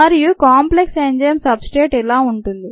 మరియు complex enzyme substrate ఇలా ఉంటుంది